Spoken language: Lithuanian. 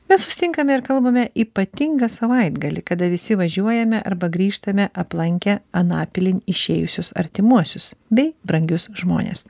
mes susitinkame ir kalbame ypatingą savaitgalį kada visi važiuojame arba grįžtame aplankę anapilin išėjusius artimuosius bei brangius žmones